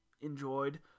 enjoyed